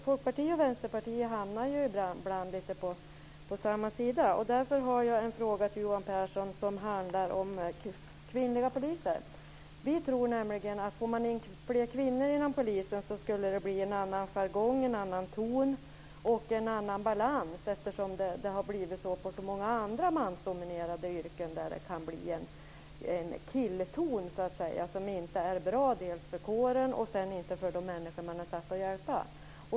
Folkpartiet och Vänsterpartiet hamnar ibland på samma sida. Därför har jag en fråga som handlar om kvinnliga poliser. Vi tror nämligen att det blir en annan jargong, ton och balans om det kommer in fler kvinnor inom polisen. Det har blivit så inom så många andra mansdominerade yrken. Det kan bli en killton som inte är bra för kåren eller för de människor de är satta att hjälpa.